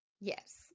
yes